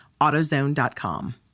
AutoZone.com